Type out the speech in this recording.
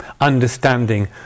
understanding